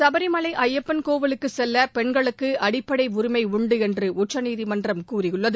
சுபரிமலை ஐயப்பன் கோவிலுக்கு செல்ல பெண்களுக்கு அடிப்படை உரிமை உண்டு என்று உச்சநீதிமன்றம் கூறியுள்ளது